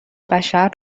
بشر